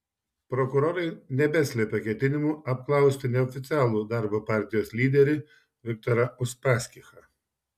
prokurorai nebeslepia ketinimų apklausti neoficialų darbo partijos lyderį viktorą uspaskichą